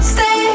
Stay